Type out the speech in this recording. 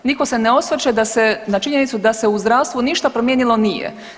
Nitko se ne osvrće da se, na činjenicu da u zdravstvu ništa promijenilo nije.